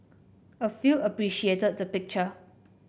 a few appreciated the picture